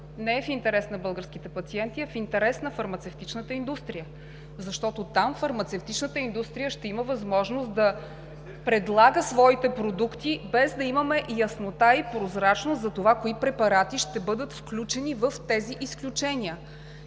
не е в интерес на българските пациенти, а в интерес на фармацевтичната индустрия, защото там фармацевтичната индустрия ще има възможност да предлага своите продукти, без да имаме яснота и прозрачност за това кои препарати ще бъдат включени в тези изключения.